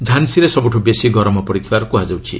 ଝାନ୍ସୀରେ ସବୁଠୁ ବେଶି ଗରମ ପଡ଼ିଥିବାର କୁହାଯାଉଛି